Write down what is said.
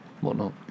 whatnot